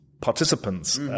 participants